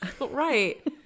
Right